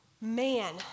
man